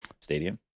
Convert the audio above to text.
stadium